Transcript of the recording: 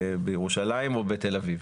בירושלים או בתל אביב